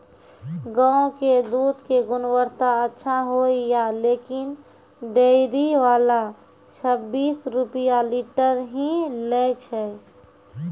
गांव के दूध के गुणवत्ता अच्छा होय या लेकिन डेयरी वाला छब्बीस रुपिया लीटर ही लेय छै?